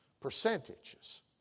percentages